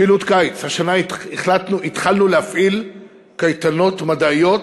פעילות קיץ: השנה התחלנו להפעיל קייטנות מדעיות.